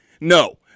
No